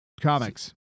comics